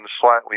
slightly